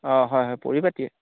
অঁ হয় হয় পৰিপাতিয়ে